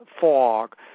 fog